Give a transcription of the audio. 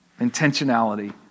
Intentionality